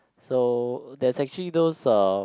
so there's actually those uh